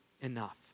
enough